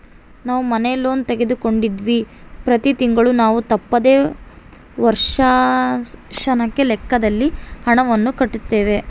ನಾವು ಮನೆ ಲೋನ್ ತೆಗೆದುಕೊಂಡಿವ್ವಿ, ಪ್ರತಿ ತಿಂಗಳು ನಾವು ತಪ್ಪದೆ ವರ್ಷಾಶನದ ಲೆಕ್ಕದಲ್ಲಿ ಹಣವನ್ನು ಕಟ್ಟುತ್ತೇವೆ